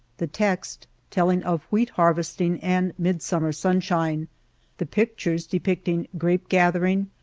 the text telling of wheat-harvesting and midsummer sunshine the pictures depicting grape-gathering,